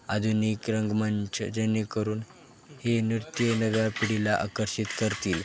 आधुनिक रंगमंच जेणेकरून हे नृत्य नव्या पिढीला आकर्षित करतील